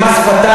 זה מס שפתיים,